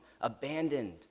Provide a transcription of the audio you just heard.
abandoned